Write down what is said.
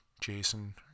Jason